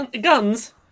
Guns